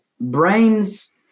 brain's